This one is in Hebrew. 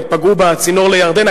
פגעו בצינור לירדן.